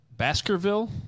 Baskerville